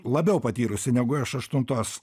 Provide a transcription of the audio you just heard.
labiau patyrusi negu aš aštuntos